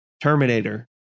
Terminator